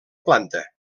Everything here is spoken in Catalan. planta